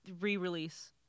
re-release